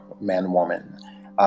man-woman